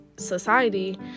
society